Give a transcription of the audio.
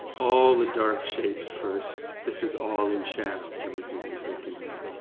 all the dark shapes first. this is all in shadow, everything i'm painting now.